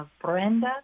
Brenda